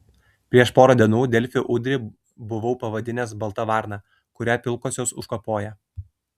prieš porą dienų delfi udrį buvau pavadinęs balta varna kurią pilkosios užkapoja